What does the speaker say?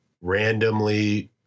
randomly